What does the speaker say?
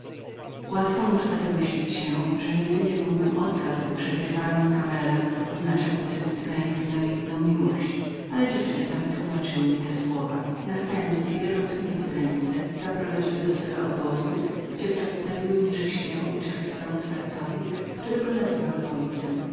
łatwo można domyślić się że nigdy niebyłbym odgadł że dirvanos kamela znaczy w języku cygańskim namiętną miłość ale dziewczęta wytłomaczyły mi te słowa następnie biorąc mnie pod ręce zaprowadziły do swego obozu gdzie przedstawiły mnie rześkiemu i czerstwemu starcowi którego nazywały ojcem